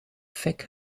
fik